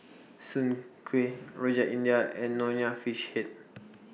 Soon Kuih Rojak India and Nonya Fish Head